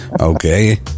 Okay